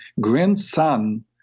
grandson